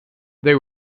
they